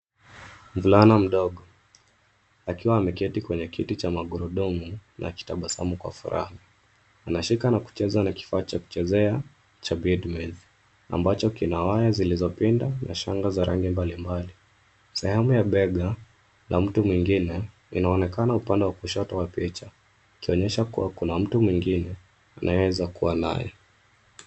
Mvulana mdogo akiwa ameketi kwenye kiti cha magurudumu na akitabasamu kwa furaha. Anashika na kuchezea kifaa cha kuchezea cha bedmaze ambacho kina waya zilizopinda na shanga za rangi mbalimbali. Sehemu ya bega la mtu mwingine linaonekana upande wa kushoto wa picha ikionyesha kuwa kuna mtu mwingine anayeweza kuwa naye.